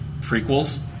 prequels